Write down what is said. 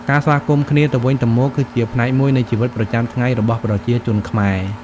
ការស្វាគមន៍គ្នាទៅវិញទៅមក គឺជាផ្នែកមួយនៃជីវិតប្រចាំថ្ងៃរបស់ប្រជាជនខ្មែរ។